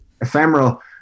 ephemeral